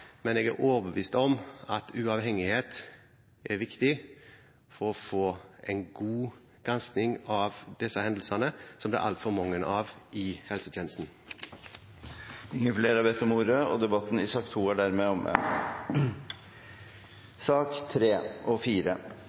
men jeg er overbevist om at uavhengighet er viktig for å få en god gransking av disse hendelsene, som det er altfor mange av i helsetjenesten. Flere har ikke bedt om ordet til sak nr. 2. Presidenten vil foreslå at sakene nr. 3 og